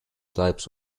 types